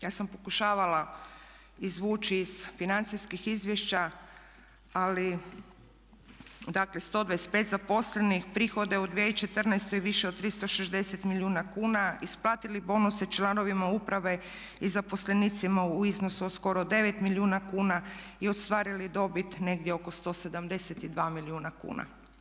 Ja sam pokušavala izvući iz financijskih izvješća ali dakle 125 zaposlenih, prihode u 2014.više od 360 milijuna kuna, isplatili bonuse članovima uprave i zaposlenicima u iznosu od skoro 9 milijuna kuna i ostvarili dobit negdje oko 172 milijuna kuna.